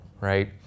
right